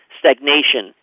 stagnation